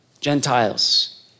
Gentiles